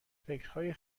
فکرهای